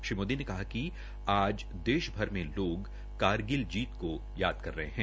श्री मोदी ने कहा कि आज देशभर में लोग करगिल जीत को याद कर रहे है